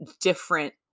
different